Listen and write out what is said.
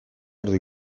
ordu